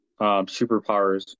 superpowers